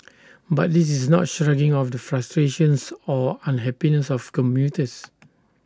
but this is not shrugging off the frustrations or unhappiness of commuters